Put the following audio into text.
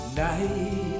night